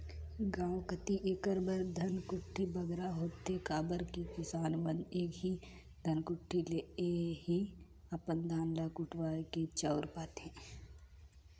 गाँव कती एकर बर धनकुट्टी बगरा होथे काबर कि किसान मन एही धनकुट्टी ले ही अपन धान ल कुटवाए के चाँउर पाथें